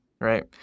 right